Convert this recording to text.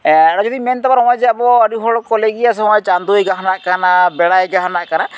ᱟᱨᱚ ᱡᱩᱫᱤᱧ ᱢᱮᱱ ᱛᱟᱵᱚᱱᱟ ᱱᱚᱜᱼᱚᱭ ᱡᱮ ᱟᱵᱚ ᱟᱹᱰᱤ ᱦᱚᱲ ᱠᱚ ᱞᱟᱹᱭ ᱜᱮᱭᱟ ᱥᱮ ᱦᱚᱸᱜᱼᱚᱭ ᱪᱟᱸᱫᱚᱭ ᱜᱟᱦᱱᱟᱜ ᱠᱟᱱᱟ ᱵᱮᱲᱟᱭ ᱜᱟᱦᱱᱟᱜ ᱠᱟᱱᱟ